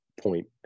point